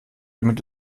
damit